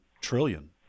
trillion